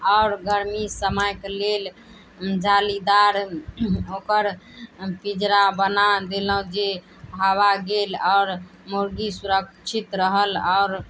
आओर गर्मी समयके लेल जालीदार ओकर पिजरा बना देलहुॅं जे हवा गेल आओर मुर्गी सुरक्षित रहल आओर